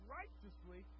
righteously